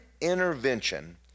intervention